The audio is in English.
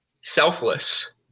selfless